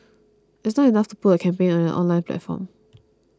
it's not enough to put a campaign on an online platform